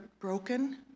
broken